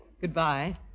Goodbye